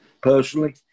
personally